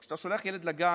כשאתה שולח ילד לגן,